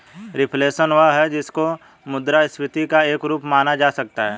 reflation वह है जिसको मुद्रास्फीति का एक रूप माना जा सकता है